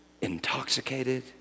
Intoxicated